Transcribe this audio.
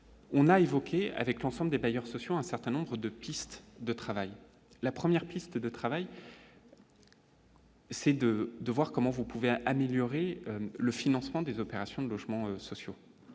On a évoqué avec l'ensemble des bailleurs sociaux un certain nombre de pistes de travail, la première pistes de travail. C'est de de voir comment vous pouvez améliorer le financement des opérations de logements sociaux,